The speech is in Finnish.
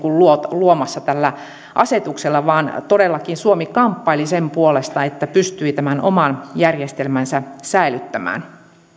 luomassa tällä asetuksella vaan todellakin suomi kamppaili sen puolesta että pystyi tämän oman järjestelmänsä säilyttämään